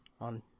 on